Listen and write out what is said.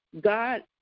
God